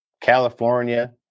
California